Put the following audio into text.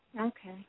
Okay